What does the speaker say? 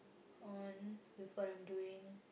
on with what I'm doing